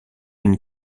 une